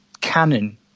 canon